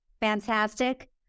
fantastic